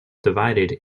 divided